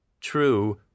True